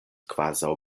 kvazaŭ